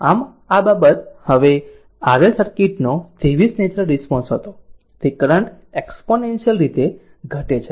આમ આ બાબત હવે RL સર્કિટ નો 23 નેચરલ રિસ્પોન્સ હતો તે કરંટ એક્ષ્પોનેન્શીયલ રીતે ઘટે છે